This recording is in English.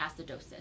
acidosis